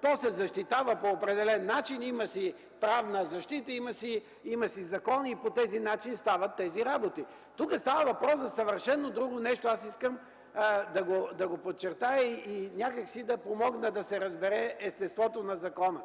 то се защитава по определен начин, има си правна защита, има си закон и по този начин стават тези работи. Тук става въпрос за съвършено друго нещо, аз искам да го подчертая и някак си да помогна да се разбере естеството на закона.